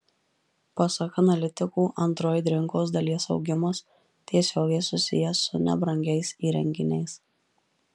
pasak analitikų android rinkos dalies augimas tiesiogiai susijęs su nebrangiais įrenginiais